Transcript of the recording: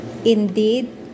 indeed